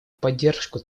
поддержку